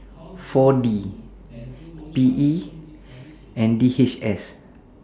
four D P E and D H S